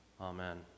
Amen